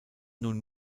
nun